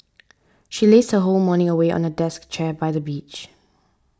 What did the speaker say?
she lazed her whole morning away on a deck chair by the beach